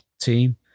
team